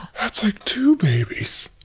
that's like two babies!